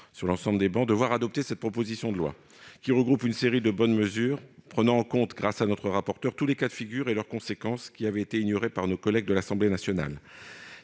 voir cette proposition de loi bientôt adoptée. Celle-ci regroupe une série de bonnes mesures, prenant en compte, grâce à notre rapporteur, tous les cas de figure et leurs conséquences qui avaient été ignorées par nos collègues de l'Assemblée nationale.